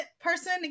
person